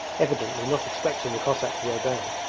evidently not expecting the cossack to obey.